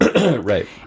right